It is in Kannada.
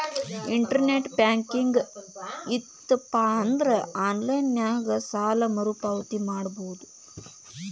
ಇಂಟರ್ನೆಟ್ ಬ್ಯಾಂಕಿಂಗ್ ಇತ್ತಪಂದ್ರಾ ಆನ್ಲೈನ್ ನ್ಯಾಗ ಸಾಲ ಮರುಪಾವತಿ ಮಾಡಬೋದು